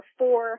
four